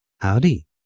Howdy